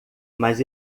mas